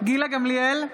גילה גמליאל,